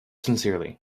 sincerely